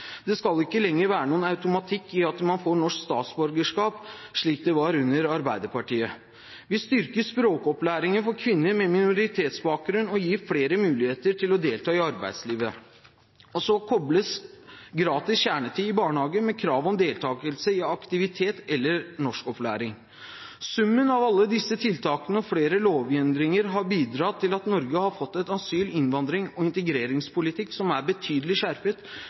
Det skal ikke lenger være noen automatikk i at man får norsk statsborgerskap, slik det var under Arbeiderpartiet. Vi styrker språkopplæringen for kvinner med minoritetsbakgrunn og gir flere muligheter til å delta i arbeidslivet, og så kobles gratis kjernetid i barnehagen med krav om deltakelse i aktivitet eller norskopplæring. Summen av alle disse tiltakene og flere lovendringer har bidratt til at Norge har fått en asyl-, innvandrings- og integreringspolitikk som er betydelig skjerpet,